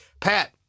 Pat